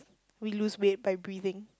we lose weight by breathing